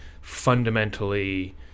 fundamentally